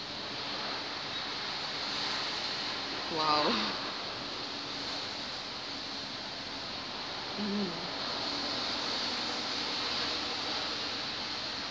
!wow! mmhmm